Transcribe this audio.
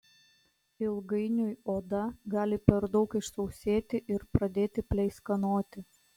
ilgainiui oda gali per daug išsausėti ir pradėti pleiskanoti